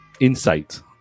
insight